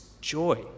joy